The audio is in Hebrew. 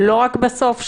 לא רק בסוף שלו?